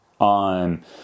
on